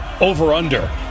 over-under